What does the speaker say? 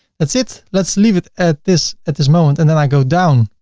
that's it. let's leave it at this at this moment, and then i go down,